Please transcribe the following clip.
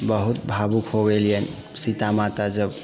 बहुत भावुक हो गेलियनि सीता माता जब